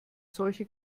solche